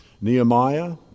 Nehemiah